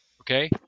Okay